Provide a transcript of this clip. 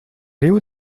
riu